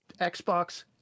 Xbox